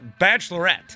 Bachelorette